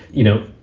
you know,